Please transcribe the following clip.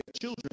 children